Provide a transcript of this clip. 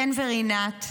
חן ורינת,